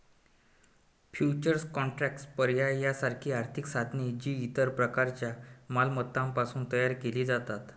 futures contracts, पर्याय यासारखी आर्थिक साधने, जी इतर प्रकारच्या मालमत्तांपासून तयार केली जातात